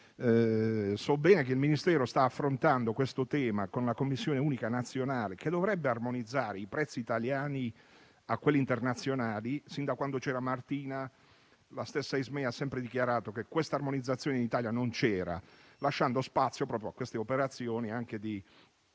So bene che il Ministero sta affrontando questo tema con la Commissione unica nazionale, che dovrebbe armonizzare i prezzi italiani con quelli internazionali. Sin da quando c'era il ministro Martina, la stessa Ismea ha sempre dichiarato che questa armonizzazione in Italia non c'era, lasciando spazio a operazioni di